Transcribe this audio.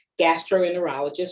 gastroenterologist